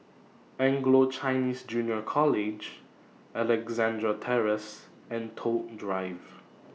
Anglo Chinese Junior College Alexandra Terrace and Toh Drive